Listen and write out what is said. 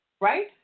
Right